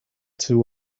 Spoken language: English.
too